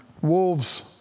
wolves